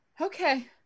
okay